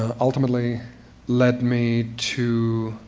ultimately led me to